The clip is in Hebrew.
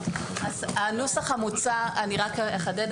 אני אחדד.